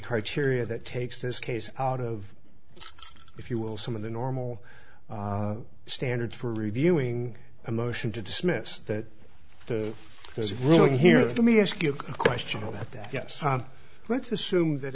criteria that takes this case out of if you will some of the normal standard for reviewing a motion to dismiss that there's really here to me ask you a question about that yes let's assume that